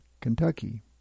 Kentucky